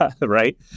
right